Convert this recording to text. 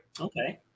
Okay